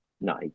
No